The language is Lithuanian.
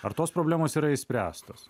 ar tos problemos yra išspręstos